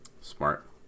Smart